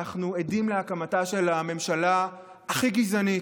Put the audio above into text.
אנחנו עדים להקמתה של הממשלה הכי גזענית,